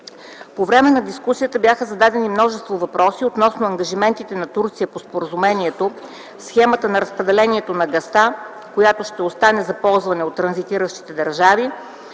По време на дискусията бяха зададени множество въпроси относно ангажиментите на Турция по споразумението, схемата на разпределението на газта, която ще остане за ползване от транзитиращите държави,